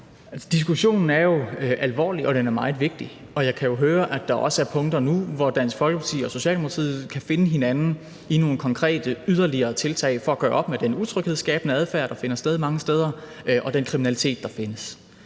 Diskussionen er jo alvorlig, og den er meget vigtig, og jeg kan jo høre, at der også nu er punkter, hvor Dansk Folkeparti og Socialdemokratiet kan finde hinanden med hensyn til yderligere konkrete tiltag for at gøre op med den utryghedsskabende adfærd, der finder sted mange steder, og den kriminalitet, der begås.